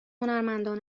هنرمندان